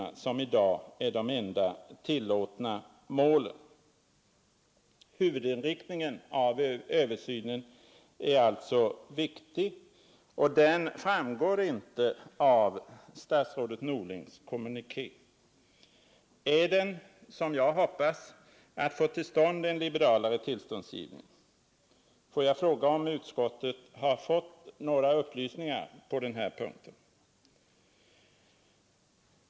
Huvudinriktningen av översynen är alltså viktig, men den framgår inte klart av statsrådet Norlings kommuniké. Är den som jag hoppas — att få till stånd en liberalare tillståndsgivning? Får jag fråga, om utskottet har fått några upplysningar på den punkten.